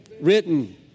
written